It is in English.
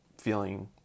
feeling